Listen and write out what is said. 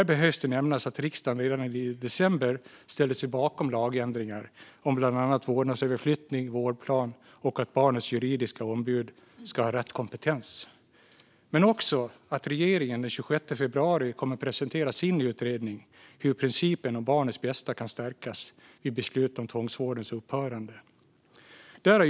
Här behöver det nämnas att riksdagen redan i december ställde sig bakom lagändringar om bland annat vårdnadsöverflyttning, vårdplan och att barnets juridiska ombud ska ha rätt kompetens. Det behöver också nämnas att regeringen den 26 februari kommer att presentera sin utredning av hur principen om barnets bästa kan stärkas vid beslut om tvångsvårdens upphörande.